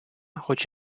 хоч